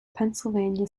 pennsylvania